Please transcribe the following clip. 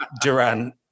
Durant